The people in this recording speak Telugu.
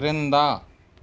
క్రింద